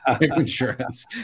insurance